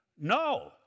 No